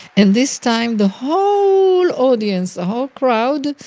and this time the whole audience, the whole crowd,